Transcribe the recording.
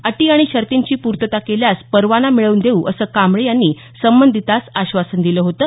अटी आणि शर्तींची पूर्तता केल्यास परवाना मिळवून देऊ असं कांबळे यांनी संबंधितास आश्वासन दिलं होतं